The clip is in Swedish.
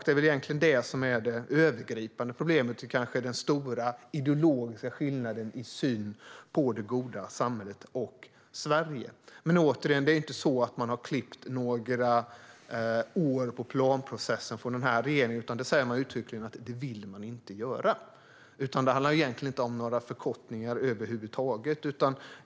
Det är väl egentligen det som är det övergripande problemet och den stora ideologiska skillnaden i synen på det goda samhället och Sverige. Återigen: Det är inte så att den här regeringen har klippt några år från planprocessen. Det säger man i stället uttryckligen att man inte vill göra. Det handlar egentligen inte om några förkortningar över huvud taget.